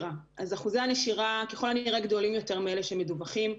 אחוזי הנשירה הם ככל הנראה גדולים יותר מאלה שמדווחים.